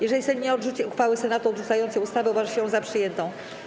Jeżeli Sejm nie odrzuci uchwały Senatu odrzucającej ustawę, uważa się ją za przyjętą.